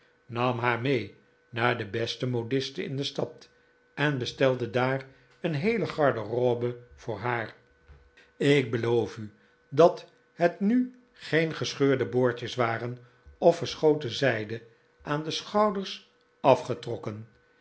nam haar mee naar de beste modiste in de stad en bestelde daar een heele garderobe voor haar ik beloof u dat het nu geen gescheurde boordjes waren of verschoten zijde aan de schouders afgetrokken